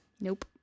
Nope